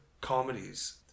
comedies